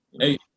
hey